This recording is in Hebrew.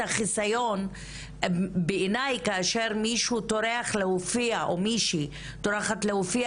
החיסיון - בעיניי כאשר מישהו או מישהי טורחת להופיע